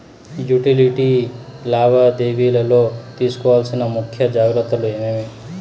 Utility లావాదేవీల లో తీసుకోవాల్సిన ముఖ్య జాగ్రత్తలు ఏమేమి?